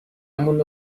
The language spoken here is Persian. مون